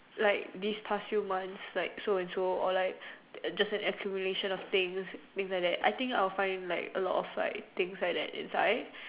like this past few months like so and so or like just a accumulation of things things like that I think I would find a lot of things like that inside